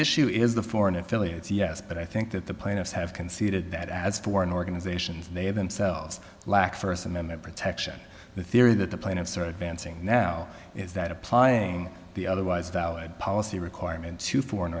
issue is the foreign affiliates yes but i think that the plaintiffs have conceded that as foreign organizations they themselves lack first amendment protection the theory that the plaintiffs are advancing now is that applying the otherwise valid policy requirement to foreign